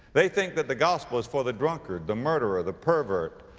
they think that the gospel is for the drunkard, the murderer, the pervert,